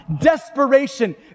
desperation